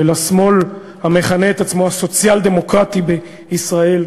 ולשמאל המכנה את עצמו הסוציאל-דמוקרטי בישראל,